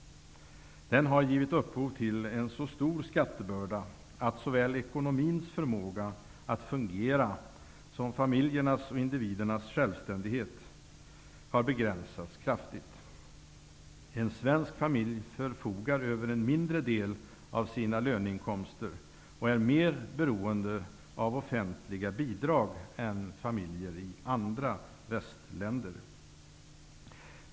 Den har givit upphov till en så stor skattebörda att såväl ekonomins förmåga att fungera som familjernas och individernas självständighet kraftigt har begränsats. Svenska familjer förfogar över en mindre del av sina löneinkomster och är mer beroende av offentliga bidrag än familjer i andra västländer.